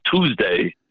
Tuesday